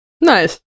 Nice